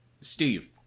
Steve